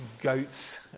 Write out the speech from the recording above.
goats